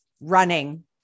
running